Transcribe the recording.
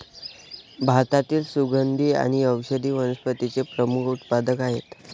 भारतातील सुगंधी आणि औषधी वनस्पतींचे प्रमुख उत्पादक आहेत